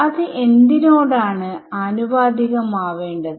അത് എന്തിനോടാണ് ആനു പാതികമാവേണ്ടത്